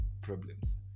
problems